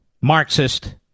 Marxist